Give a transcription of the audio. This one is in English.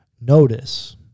Notice